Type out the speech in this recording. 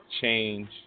change